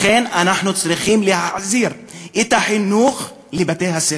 לכן, אנחנו צריכים להחזיר את החינוך לבתי-הספר.